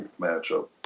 matchup